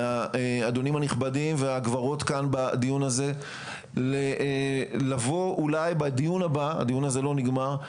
מהאדונים הנכבדים ומהגברות בדיון הזה לבוא לדיון הבא עם